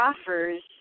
offers